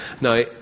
Now